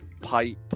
pipe